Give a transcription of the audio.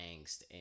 angst